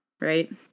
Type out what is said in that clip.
right